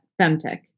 femtech